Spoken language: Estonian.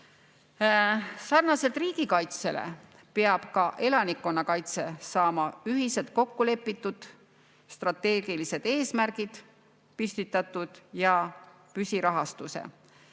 Sarnaselt riigikaitsega peab elanikkonnakaitse saama ühiselt kokku lepitud strateegilised eesmärgid ja püsirahastuse.